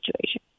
situation